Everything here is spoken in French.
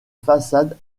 façade